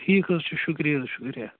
ٹھیٖک حظ چھُ شُکریہ شُکریہ